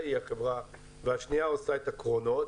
והשנייה עושה את הקרונות.